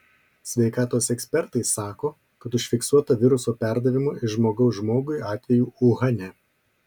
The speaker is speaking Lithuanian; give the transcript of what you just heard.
sveikatos ekspertai sako kad užfiksuota viruso perdavimo iš žmogaus žmogui atvejų uhane